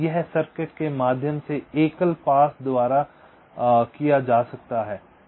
यह सर्किट के माध्यम से एकल पास द्वारा किया जा सकता है